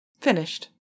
Finished